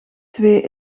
twee